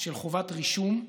של חובת רישום.